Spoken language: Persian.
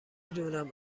دونم